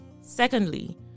Secondly